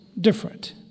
different